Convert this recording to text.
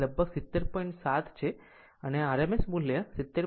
આમ જો RMS મૂલ્ય 70